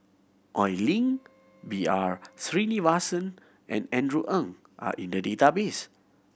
Oi Lin B R Sreenivasan and Andrew Ang are in the database